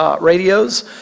radios